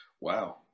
wow